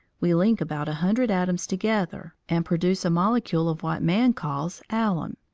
we link about a hundred atoms together and produce a molecule of what man calls alum,